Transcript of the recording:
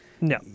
No